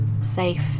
safe